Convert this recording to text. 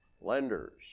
lenders